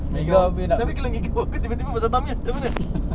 ngigau tapi kalau ngigau ku tiba-tiba bahasa tamil cam mana